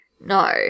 no